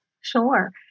Sure